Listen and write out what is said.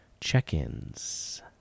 check-ins